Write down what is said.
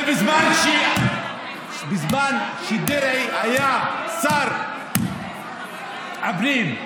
זה בזמן שדרעי היה שר הפנים.